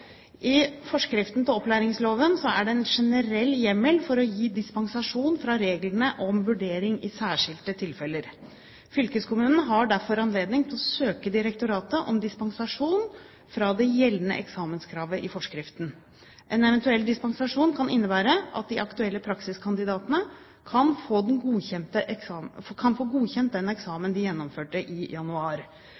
I forskriften til opplæringsloven er det en generell hjemmel for å gi dispensasjon fra reglene om vurdering i særskilte tilfeller. Fylkeskommunen har derfor anledning til å søke direktoratet om dispensasjon fra det gjeldende eksamenskravet i forskriften. En eventuell dispensasjon kan innebære at de aktuelle praksiskandidatene kan få godkjent den